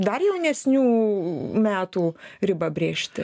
dar jaunesnių metų ribą brėžti